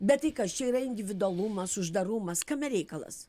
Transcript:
bet tai kas čia yra individualumas uždarumas kame reikalas